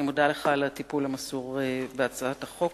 אני מודה לך על הטיפול המסור בהצעת החוק,